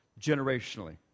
generationally